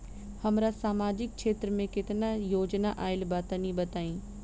हमरा समाजिक क्षेत्र में केतना योजना आइल बा तनि बताईं?